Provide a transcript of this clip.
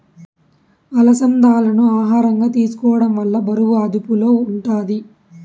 అలసందాలను ఆహారంగా తీసుకోవడం వల్ల బరువు అదుపులో ఉంటాది